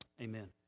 Amen